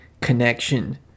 connection